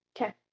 Okay